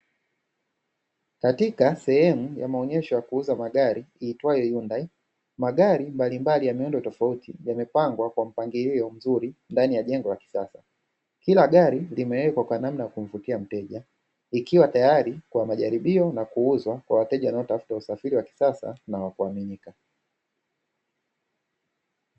Katika sehemu ya maonyesho ya kuuza magari iitwayo "HYUNDAI", magari mbalimbali ya miundo tofauti yamepangwa kwa mpangilio mzuri ndani ya jengo la kisasa. Kila gari limewekwa kwa namna ya kumvutia mteja, likiwa tayari kwa majaribio na kuuuzwa kwa wateja wanaotafuta usafiri wa kisasa na wa kuaminika.